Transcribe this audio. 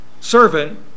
Servant